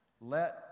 let